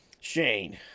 Shane